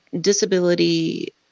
disability